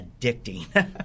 addicting